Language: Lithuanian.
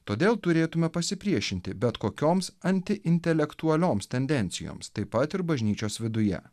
todėl turėtume pasipriešinti bet kokioms antiintelektualioms tendencijoms taip pat ir bažnyčios viduje